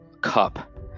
cup